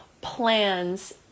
plans